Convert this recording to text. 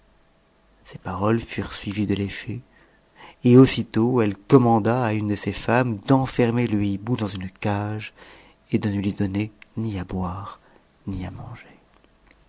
a furent suivies de l'effet pl aussitôt elle commanda à une de ses tëmu d'enfermer le hibou dans une cage et de ne lui donner ni à boire j i manger